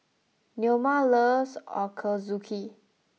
Neoma loves Ochazuke